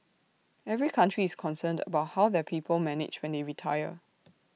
every country is concerned about how their people manage when they retire